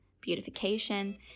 beautification